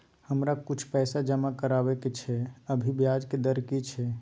हमरा किछ पैसा जमा करबा के छै, अभी ब्याज के दर की छै?